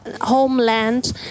homeland